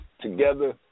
together